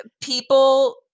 people